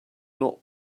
not